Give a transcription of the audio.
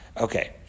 Okay